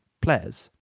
players